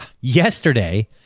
Yesterday